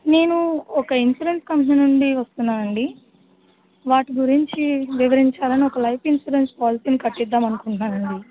నేను ఒక insurance company నుండి వస్తున్నానండీ వాటి గురించి వివరించాలి అని ఒక లైఫ్ ఇన్సూరెన్స్ పోలాసీ కట్టిదాంమనుకుంటున్నాను అండి